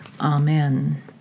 Amen